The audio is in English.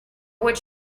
what